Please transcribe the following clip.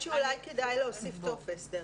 אולי כדאי להוסיף טופס.